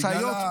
משאיות,